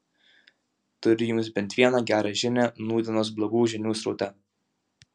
turiu jums bent vieną gerą žinią nūdienos blogų žinių sraute